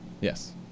Yes